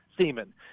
semen